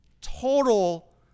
total